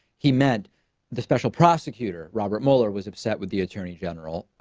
he met the special prosecutor, robert mueller was upset with the attorney general,